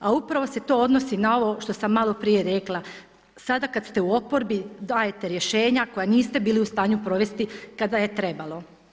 A upravo se to odnosi na ovo što sam malo prije rekla, sada kad ste u oporbi dajete rješenja koja niste bili u stanju provesti kada je trebalo.